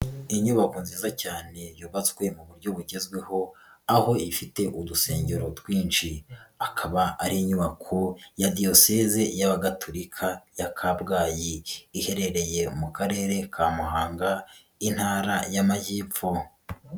Inyubako nziza cyane yubatswe mu buryo bugezweho aho ifite udusengero twinshi, akaba ari inyubako ya Diyosezi y'Abagatulika ya Kabgayi, iherereye mu Karere ka Muhanga, Intara y'Amajyepfo.